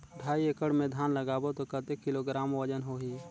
ढाई एकड़ मे धान लगाबो त कतेक किलोग्राम वजन होही?